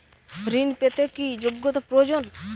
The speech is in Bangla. ঋণ পেতে কি যোগ্যতা প্রয়োজন?